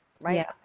right